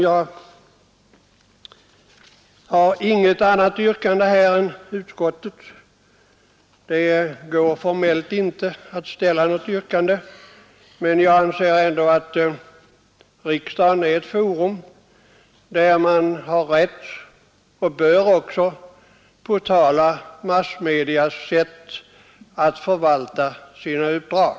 Jag har inget annat yrkande än bifall till utskottets hemställan. Det går formellt inte att ställa något annat yrkande, men jag anser att riksdagen är ett forum där man kan och också bör påtala massmedias sätt att förvalta sina uppdrag.